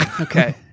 Okay